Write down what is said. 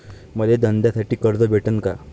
मले धंद्यासाठी कर्ज भेटन का?